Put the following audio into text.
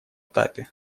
этапе